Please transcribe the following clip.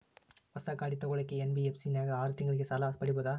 ಹೊಸ ಗಾಡಿ ತೋಗೊಳಕ್ಕೆ ಎನ್.ಬಿ.ಎಫ್.ಸಿ ನಾಗ ಆರು ತಿಂಗಳಿಗೆ ಸಾಲ ಪಡೇಬೋದ?